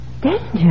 Danger